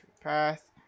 Path